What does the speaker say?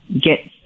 get